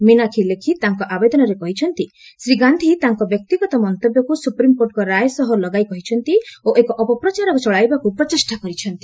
ମିନାକ୍ଷୀ ଲେଖ ତାଙ୍କ ଆବେଦନରେ କହିଛନ୍ତି ଶ୍ରୀ ଗାନ୍ଧୀ ତାଙ୍କ ବ୍ୟକ୍ତିଗତ ମନ୍ତବ୍ୟକୃ ସୁପ୍ରିମକୋର୍ଟଙ୍କ ରାୟ ସହ ଲଗାଇ କହିଛନ୍ତି ଓ ଏକ ଅପପ୍ରଚାର ଚଳାଇବାକୁ ପ୍ରଚେଷ୍ଟା କରିଛନ୍ତି